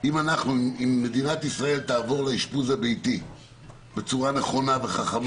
אם מדינת ישראל תעבור לאשפוז הביתי בצורה נכונה וחכמה,